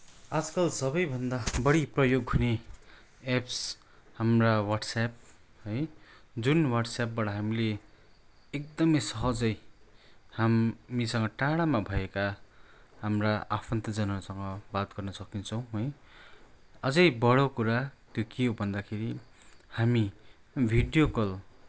आजकल सबैभन्दा बढी प्रयोग हुने एप्स हाम्रा व्हाट्सएप्प है जुन व्हाट्सएप्पबाट हामीले एकदमै सहजै हामीसँग टाढामा भएका हाम्रा आफन्तजनहरूसँग बात गर्न सक्ने छौँ है अझै बडो कुरा त्यो के हो भन्दाखेरि हामी भिडियो कल